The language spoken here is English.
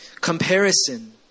Comparison